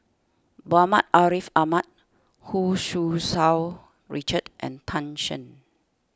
Muhammad Ariff Ahmad Hu Tsu Tau Richard and Tan Shen